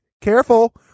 careful